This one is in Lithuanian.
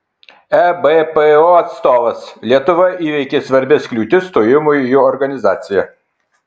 ebpo atstovas lietuva įveikė svarbias kliūtis stojimui į organizaciją